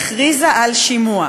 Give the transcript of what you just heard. הכריזה על שימוע.